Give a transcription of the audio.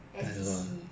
S_D_C